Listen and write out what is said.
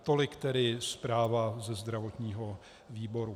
Tolik tedy zpráva ze zdravotního výboru.